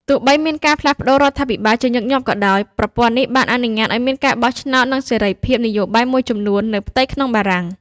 ទោះបីមានការផ្លាស់ប្ដូររដ្ឋាភិបាលជាញឹកញាប់ក៏ដោយ ប្រព័ន្ធនេះបានអនុញ្ញាតឱ្យមានការបោះឆ្នោត និងសេរីភាពនយោបាយមួយចំនួននៅផ្ទៃក្នុងបារាំង។